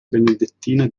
benedettina